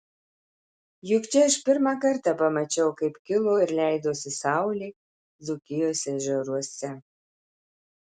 juk čia aš pirmą kartą pamačiau kaip kilo ir leidosi saulė dzūkijos ežeruose